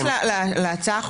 אני רק אתייחס להצעה האחרונה,